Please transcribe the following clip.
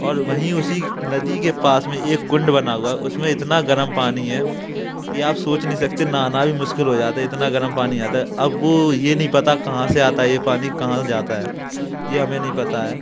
और वहीं उसी नदी के पास में एक कुंड बना हुआ है उसमें इतना गर्म पानी है कि आप सोच नहीं सकते नहाना भी मुश्किल हो जाता है इतना गर्म पानी आता है अब वो ये नहीं पता कहाँ से आता है ये पानी कहाँ जाता है ये हमें नहीं पता है